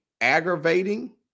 aggravating